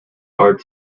are